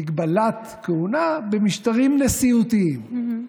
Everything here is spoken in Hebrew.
הגבלת כהונה במשטרים נשיאותיים,